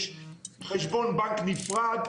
יש חשבון בנק נפרד,